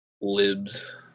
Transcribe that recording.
Libs